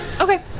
Okay